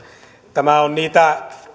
tämä on niitä